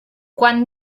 quan